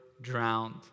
drowned